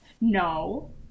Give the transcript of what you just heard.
No